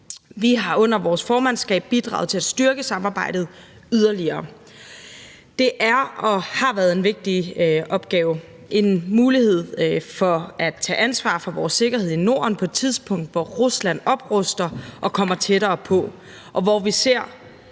Vi har under vores formandskab bidraget til at styrke samarbejdet yderligere. Det er og har været en vigtig opgave og en mulighed for at tage ansvar for vores sikkerhed i Norden på et tidspunkt, hvor Rusland opruster og kommer tættere på, og hvor vi ser